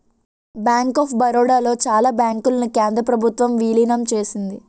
bank of Baroda లో చాలా బ్యాంకులను కేంద్ర ప్రభుత్వం విలీనం చేసింది